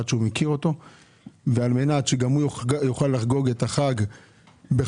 שהוא מכיר אותו על מנת שגם הוא יוכל לחגוג את החג בכבוד,